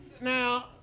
now